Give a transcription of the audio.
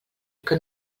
que